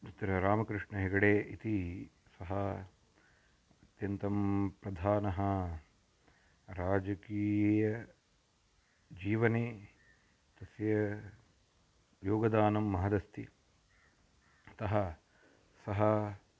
तत्र रामकृष्ण हेगडे इति सः अत्यन्तं प्रधानः राजकीयजीवने तस्य योगदानं महदस्ति अतः सः